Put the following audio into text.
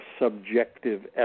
subjective